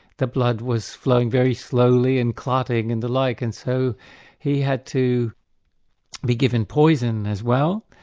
the blood was flowing very slowly and clotting and the like, and so he had to be given poison as well,